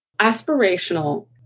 aspirational